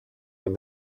when